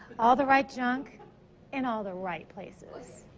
all the right junk in all the right places.